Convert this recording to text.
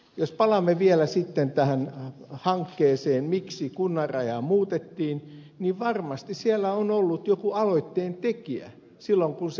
jos palaamme vielä sitten tähän hankkeeseen miksi kunnan rajaa muutettiin niin varmasti siellä on ollut joku aloitteen tekijä silloin kun se hakemus on tullut